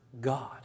God